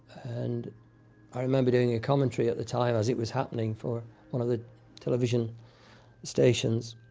and i remember doing a commentary at the time, as it was happening, for one of the television stations.